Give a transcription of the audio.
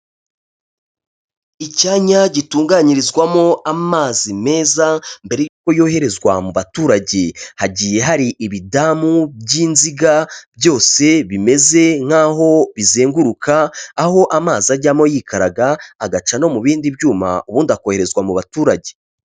Icyanya gitunganyirizwamo amazi meza mbere yuko yoherezwa mu baturage, hagiye hari ibidamu by'inziga byose bimeze nkaho bizenguruka, aho amazi ajyamo yikaraga agaca no mu bindi byuma ubundi akoherezwa mu baturage.